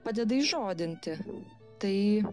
padeda įžodinti tai